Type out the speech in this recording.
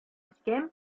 eskemm